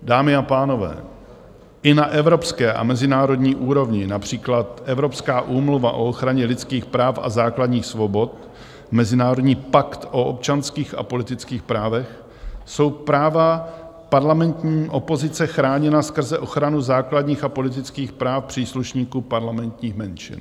Dámy a pánové, i na evropské a mezinárodní úrovni, například Evropská úmluva o ochraně lidských práv a základních svobod, Mezinárodní pakt o občanských a politických právech, jsou práva parlamentní opozice chráněna skrze ochranu základních a politických práv příslušníků parlamentních menšin.